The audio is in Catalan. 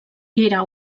era